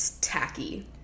tacky